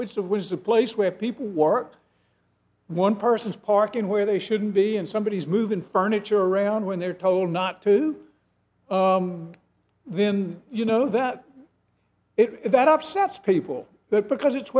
that was a place where people work one person's parking where they shouldn't be and somebody is moving furniture around when they're told not to then you know that if that upsets people that because it's